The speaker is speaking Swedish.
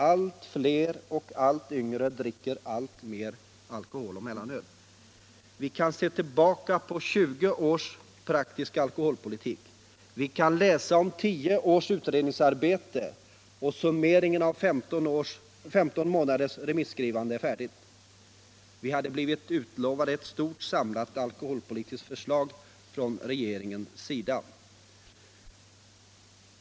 Allt fler och allt yngre dricker alltmer alkohol och mellanöl. Vi kan nu se tillbaka på 20 års praktisk alkoholpolitik. Vi kan läsa om tio års utredningsarbete, och summeringen av 15 månaders remissskrivande är färdig. Vi hade blivit utlovade ett stort och samlat alkoholpolitiskt förslag från regeringens sida.